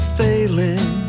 failing